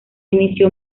inició